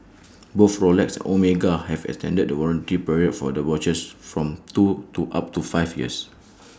both Rolex Omega have extended the warranty period for their watches from two to up to five years